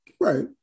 Right